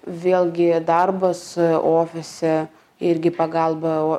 vėlgi darbas ofise irgi pagalba